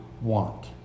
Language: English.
want